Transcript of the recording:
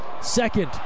Second